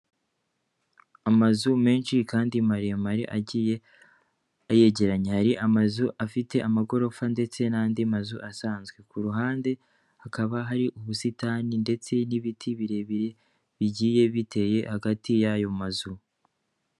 Amazu menshi kandi maremare agiye yegeranye hari amazu afite amagorofa ndetse n'andi mazu asanzwe ku ruhande hakaba hari ubusitani ndetse n'ibiti birebire bigiye biteye hagati y'ayo mazu.